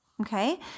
okay